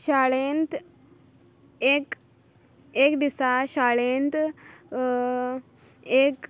शाळेंत एक एक दिसा शळेंत एक